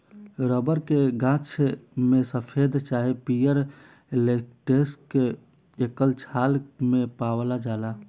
rubber के गाछ में सफ़ेद चाहे पियर लेटेक्स एकर छाल मे पावाल जाला